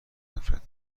نفرت